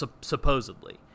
supposedly